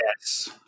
yes